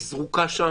היא זרוקה שם.